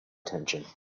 attention